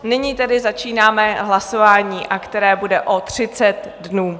Nyní tedy začínáme hlasování, které bude o 30 dnů.